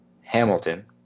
Hamilton